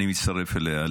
אני מצטרף אליה.